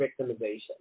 victimization